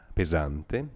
pesante